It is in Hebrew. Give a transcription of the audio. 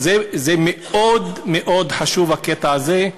זה מאוד מאוד חשוב, הקטע הזה.